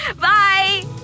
Bye